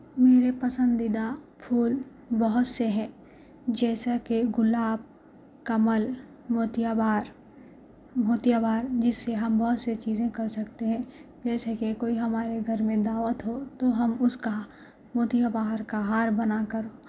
میرے پسندیدہ پھول بہت سے ہیں جیسا کہ گلاب کمل موتیا بہار موتیا بہار جسے ہم بہت سی چیزیں کر سکتے ہیں جیسے کہ کوئی ہمارے گھر میں دعوت ہو تو ہم اس کا موتیا بہار کا ہار بنا کر